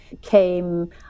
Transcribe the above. came